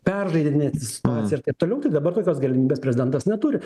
peržaidinėti situaciją ir taip toliau tai dabar tokios galimybės prezidentas neturi